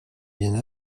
bien